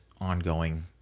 ongoing